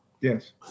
Yes